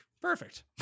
Perfect